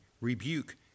rebuke